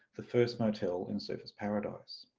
the first motel in surfers paradise.